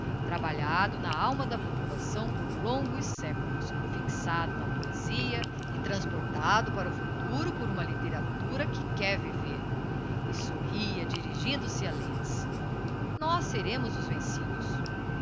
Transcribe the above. trabalhado na alma da população por longo e séculos fixado na poesia e transportado para o futuro por uma litteratura que quer viver e sorria dirigindo-se a lentz nós seremos os vencidos